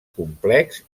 complex